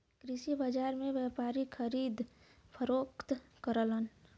कृषि बाजार में व्यापारी खरीद फरोख्त करलन